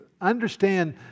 understand